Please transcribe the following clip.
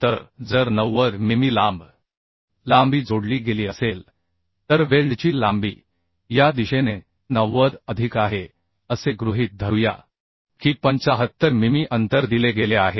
तर जर 90 मिमी लांब लांबी जोडली गेली असेल तर वेल्डची लांबी या दिशेने 90 अधिक आहे असे गृहीत धरूया की 75 मिमी अंतर दिले गेले आहे